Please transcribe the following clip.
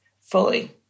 fully